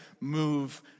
move